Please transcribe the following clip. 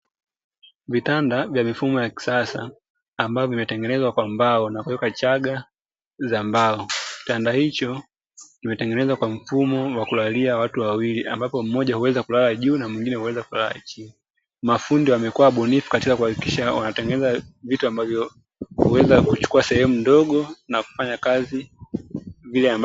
Vitanda vya mifumo ya kisasa ambayo vimetengenezwa kwa mbao na kuweka chaga za mbao, kitanda hicho kimetengenezwa kwa mfumo wa kulalia watu wawili ambapo mmoja huweza kulala juu na mwingine huweza kulala chini, mafundi wamekuwa wabunifu katika kuhakikisha wanatengeneza vitu ambavyo huweza kuchukua sehemu ndogo na kufanya kazi vile ambavyo.